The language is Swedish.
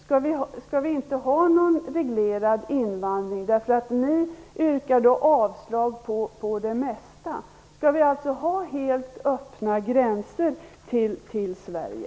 Skall vi inte ha någon reglerad invandring? Ni yrkar avslag på det mesta? Skall vi ha helt öppna gränser till Sverige?